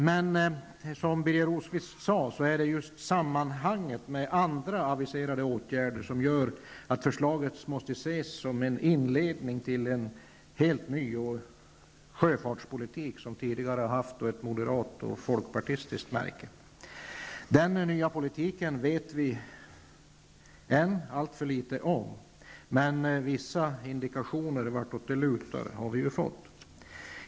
Men, som Birger Rosqvist sade, det är just sammanhanget med andra aviserade åtgärder som gör att förslaget måste ses som en inledning till en helt ny sjöfartspolitik som tidigare har haft ett moderat och folkpartistiskt märke. Den politiken vet vi än allt för litet om. Men vissa indikationer vartåt det lutar har vi fått.